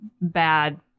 bad